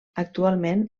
actualment